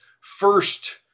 first